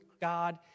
God